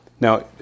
Now